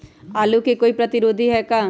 आलू के कोई प्रतिरोधी है का?